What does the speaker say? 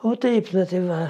o taip na tai va